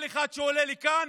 כל אחד שעולה לכאן,